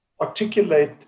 articulate